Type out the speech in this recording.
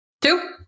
two